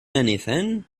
anything